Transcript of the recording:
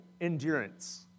endurance